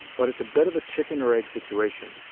but it's a bit of a chicken or egg situation,